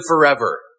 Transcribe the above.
forever